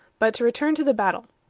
but to return to the battle.